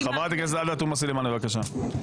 חברת הכנסת עאידה תומא סלימאן, בבקשה.